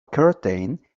curtain